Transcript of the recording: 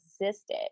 existed